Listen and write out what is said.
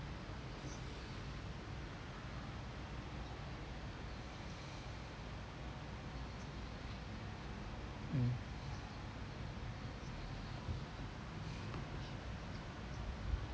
mm